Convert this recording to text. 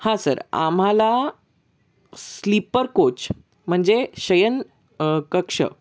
हा सर आम्हाला sleeper coach म्हणजे शयन कक्ष